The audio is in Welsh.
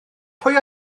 pwy